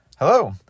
Hello